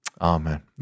amen